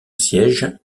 siège